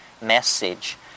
message